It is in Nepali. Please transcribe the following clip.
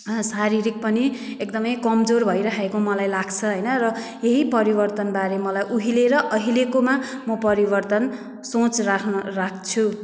शारीरिक पनि एकदमै कमजोर भइरहेको मलाई लाग्छ होइन र यही परिवर्तन बारे मलाई उहिले र अहिलेकोमा म परिवर्तन सोच राख्न राख्छु